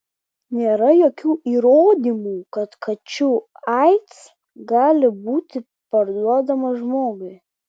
nėra jokių įrodymų kad kačių aids gali būti perduodamas žmogui